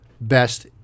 best